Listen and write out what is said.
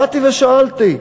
באתי ושאלתי: